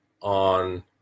on